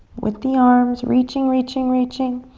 with the arms, reaching, reaching, reaching.